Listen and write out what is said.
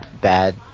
bad